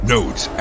Notes